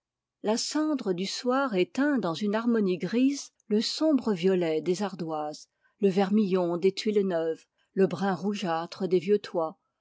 la cendre du soir éteint dans une harmonie grise le sombre violet des ardoises le vermillon des tuiles neuves le brun rougeâtre des vieux toits